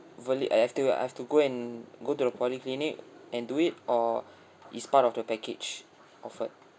will it I have to I have to go and go to the polyclinic and do it or it's part of the package offered